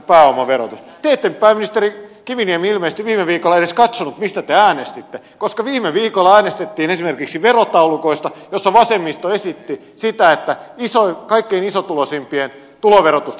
te ette pääministeri kiviniemi ilmeisesti viime viikolla edes katsonut mistä te äänestitte koska viime viikolla äänestettiin esimerkiksi verotaulukoista jolloin vasemmisto esitti sitä että kaikkein isotuloisimpien tuloverotusta kiristetään